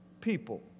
people